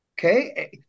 okay